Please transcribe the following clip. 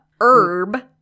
herb